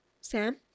Sam